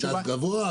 קנס גבוה,